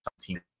team